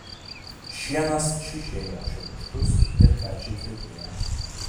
šienas čiužėjo šiurkštus ir gardžiai kvepėjo